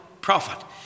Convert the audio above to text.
prophet